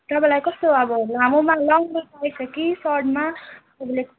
तपाईँलाई कस्तो अब लामोमा लङमा चाहिएको छ कि सर्टमा तपाईँले